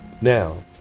Now